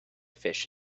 fish